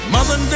Mother